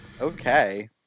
Okay